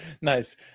nice